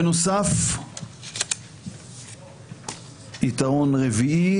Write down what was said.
בנוסף, יתרון רביעי